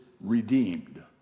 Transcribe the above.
redeemed